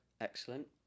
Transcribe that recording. Excellent